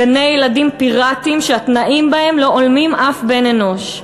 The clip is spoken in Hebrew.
של גני-ילדים פיראטיים שהתנאים בהם לא הולמים אף בן-אנוש,